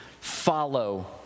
follow